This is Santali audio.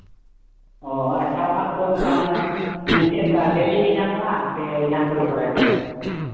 ᱚᱻ ᱟᱪᱪᱷᱟ ᱚᱱᱟ ᱠᱚᱫᱚ ᱮᱱᱠᱷᱟᱱ ᱪᱮᱫ ᱞᱮᱠᱟ ᱰᱮᱞᱤ ᱜᱮ ᱧᱟᱢᱚᱜᱼᱟ ᱥᱮ ᱡᱟᱦᱟᱸ ᱛᱤᱥ ᱠᱚᱨᱮ